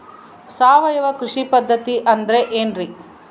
ಸಾವಯವ ಕೃಷಿ ಪದ್ಧತಿ ಅಂದ್ರೆ ಏನ್ರಿ?